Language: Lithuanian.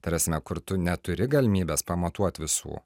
tai rasime kur tu neturi galimybės pamatuot visų